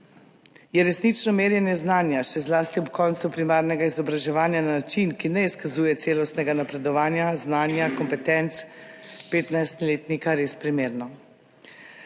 Je merjenje znanja, še zlasti ob koncu primarnega izobraževanja, na način, ki ne izkazuje celostnega napredovanja znanja in kompetenc 15-letnika, res primerno?